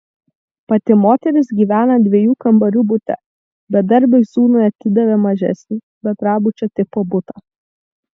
pati moteris gyvena dviejų kambarių bute bedarbiui sūnui atidavė mažesnį bendrabučio tipo butą